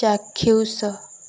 ଚାକ୍ଷୁଷ